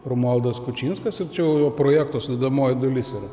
romualdas kučinskas ir čia jau jo projekto sudedamoji dalis yra